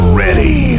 ready